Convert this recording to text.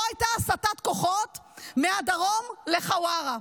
אמרנו שלא הייתה הסטת כוחות מהדרום לחווארה.